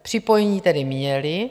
Připojení tedy měli.